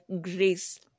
grace